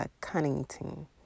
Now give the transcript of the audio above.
Cunnington